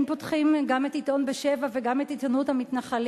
אם פותחים גם את עיתון "בשבע" וגם את עיתונות המתנחלים,